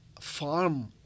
farm